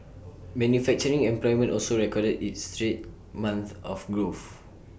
manufacturing employment also recorded its third straight month of growth